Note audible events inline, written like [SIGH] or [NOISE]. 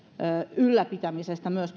ylläpitämisestä myös [UNINTELLIGIBLE]